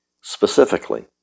Specifically